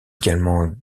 également